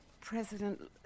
President